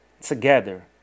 together